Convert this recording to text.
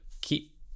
keep